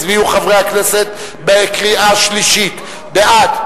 הצביעו חברי כנסת בקריאה שלישית: בעד,